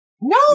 no